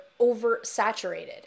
oversaturated